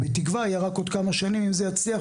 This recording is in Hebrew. בתקווה יהיה רק עוד כמה שנים אם זה יצליח,